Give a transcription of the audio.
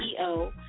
CEO